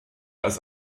als